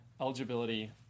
eligibility